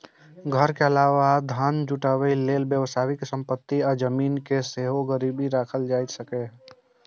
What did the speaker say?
घर के अलावा धन जुटाबै लेल व्यावसायिक संपत्ति आ जमीन कें सेहो गिरबी राखल जा सकैए